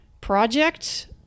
project